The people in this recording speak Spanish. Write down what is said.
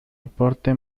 aporte